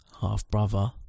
half-brother